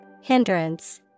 Hindrance